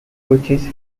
coaches